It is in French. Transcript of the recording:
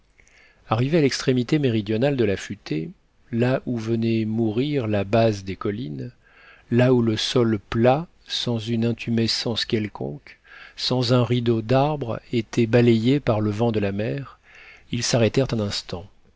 arrivés à l'extrémité méridionale de la futaie là où venait mourir la base des collines là où le sol plat sans une intumescence quelconque sans un rideau d'arbres était balayé par le vent de la mer ils s'arrêtèrent un instant